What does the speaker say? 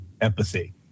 empathy